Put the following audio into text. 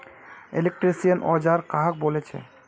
Electrician औजार कहाक बोले छे?